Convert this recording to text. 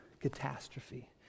catastrophe